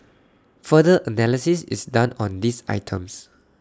further analysis is done on these items